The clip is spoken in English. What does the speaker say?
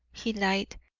he lied.